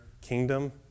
kingdom